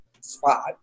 spot